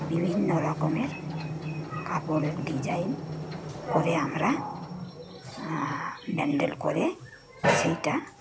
বিভিন্ন রকমের কাপড়ের ডিজাইন করে আমরা ব্যান্ডেল করে সেইটা